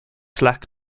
slack